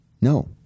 No